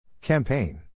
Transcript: Campaign